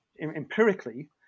empirically